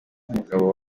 n’umugabo